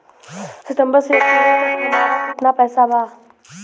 सितंबर से अक्टूबर तक हमार कितना पैसा बा?